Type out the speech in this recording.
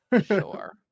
Sure